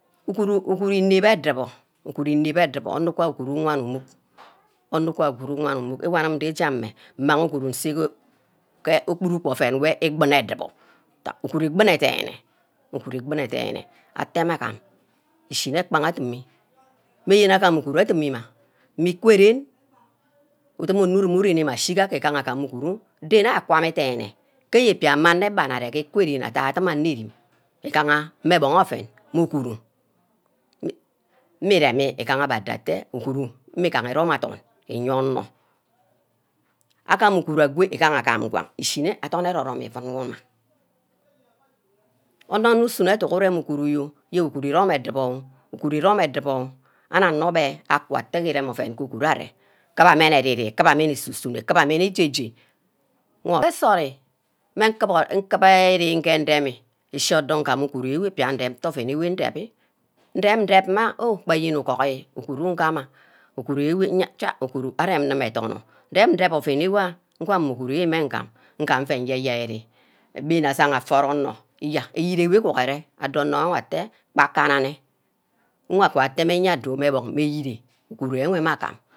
Uguru, uguru inep edubor, uguru inep edubor anor wan uguru uwan imuck, wan uguru iwan imuck, ngee anim gen nja mmeh, mmang uguru nseh ke obuburu ouen ibima edubor, ntack uguru ibine dene uguru ibine dene, atteh meh agam isihineh gbaga adum, magene agam uguru adimi ma, mmeh ikwe ren, udum omurum ire ne-mah igaha agam uguru yo them ah kwameh dene ke qwa ren adai enerum igaha mmeh bonghe ouen mmeh uguru, meh reme igaha abbeh atteh uguru mmigaha erome adorn iyeah onor. Agam uguru agwe onor agam ngwang ishineh adorn erorome iuun wuma, onor-nor usuneh educk urem uguru yo, yene uguru irom edubor yor, uguru irome edubor anor anobe aku atteh irem ouen gee uguru arear kubeah mmeh eri-ri, kuba mmeh esu-sunor, kubah meh eje-je, esuri nkubor, nkiba gee ndebeh, nchi odour nne ngam uguru idep iteh ouen wor ndebbi ndeb-deb nna oh gba ayene ugorgi uguru ngama, uguru enh cgsi uguru arear nima alen, ouen enwe gwomin uguru meh ngam, ngam uey ye-yeri abinod asaha aforonor iyai iyere igohore adour onor wor atteh gba kana-nne nwaka eteme nna adour meh nkoong, meh iyireh, uguru enwe meh agam